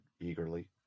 eagerly